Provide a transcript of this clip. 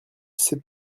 c’est